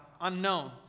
unknown